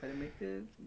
mm